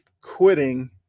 quitting